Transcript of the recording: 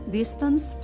distance